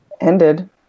Ended